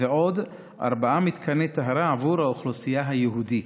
ועוד ארבעה מתקני טהרה עבור האוכלוסייה היהודית.